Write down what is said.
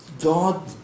God